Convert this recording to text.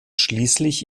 schließlich